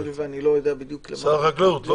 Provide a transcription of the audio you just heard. שר החקלאות, לא?